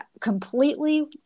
completely